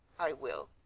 i will.